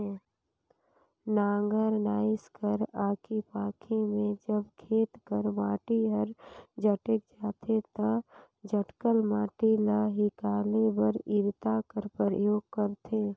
नांगर नाएस कर आखी पाखी मे जब खेत कर माटी हर जटेक जाथे ता जटकल माटी ल हिकाले बर इरता कर उपियोग करथे